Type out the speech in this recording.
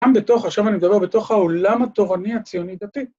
‫גם בתוך, עכשיו אני מדבר בתוך ‫העולם התורני הציוני דתי.